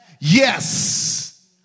Yes